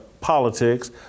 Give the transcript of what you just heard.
politics